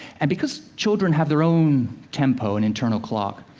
and because children have their own tempo and internal clock,